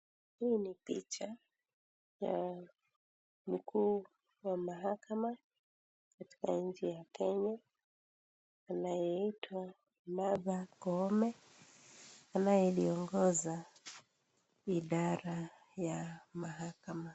Hii ni picha ya mkuu wa mahakama katika nchi ya kenya anayeitwa Martha Koome anayeongoza idara ya mahakama.